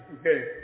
Okay